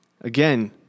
Again